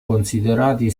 considerati